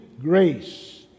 grace